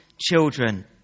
children